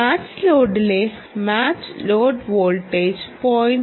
match ലോഡിലെ match load voltage 0